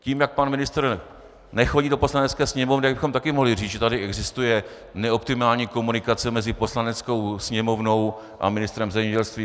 Tím, jak pan ministr nechodí do Poslanecké sněmovny, tak bychom taky mohli říct, že tady existuje neoptimální komunikace mezi Poslaneckou sněmovnou a ministrem zemědělství.